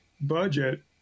budget